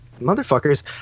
motherfuckers